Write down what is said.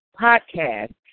podcast